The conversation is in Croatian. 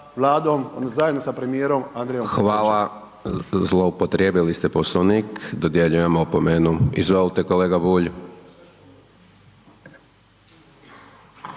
Hvala. Zloupotrijebili ste Poslovnik, dodjeljujem opomenu. Izvolite kolega Bulj.